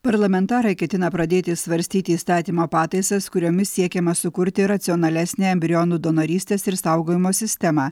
parlamentarai ketina pradėti svarstyti įstatymo pataisas kuriomis siekiama sukurti racionalesnę embrionų donorystės ir saugojimo sistemą